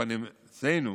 אצלנו